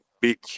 big